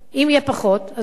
אם יהיו פחות, אז מה?